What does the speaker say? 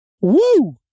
Woo